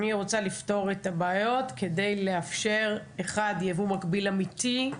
אני רוצה לפתור את הבעיות כדי לאפשר: אחת יבוא מקביל אמיתי של